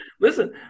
Listen